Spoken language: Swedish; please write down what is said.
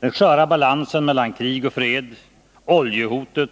den sköra balansen mellan krig och fred, oljehotet,